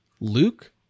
luke